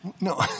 No